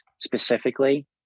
specifically